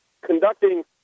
conducting